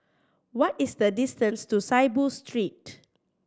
what is the distance to Saiboo Street